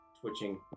twitching